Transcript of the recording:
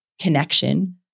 connection